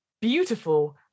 beautiful